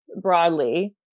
broadly